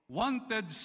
wanted